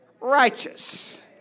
righteous